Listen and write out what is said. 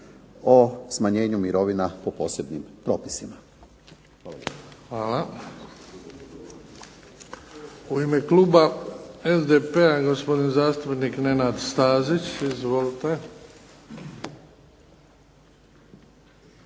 o smanjenju mirovina po posebnim propisima. **Bebić, Luka (HDZ)** Hvala. U Ime Kluba SDP-a gospodin zastupnik Nenad Stazić. Izvolite.